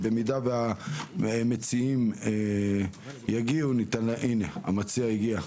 אם המציעים יגיעו הינה, המציע הגיע.